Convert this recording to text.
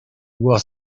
was